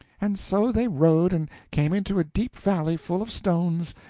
and so they rode and came into a deep valley full of stones,